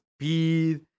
speed